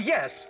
Yes